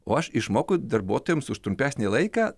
o aš išmoku darbuotojams už trumpesnį laiką